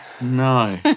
No